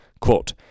Quote